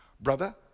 Brother